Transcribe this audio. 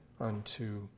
unto